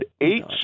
eight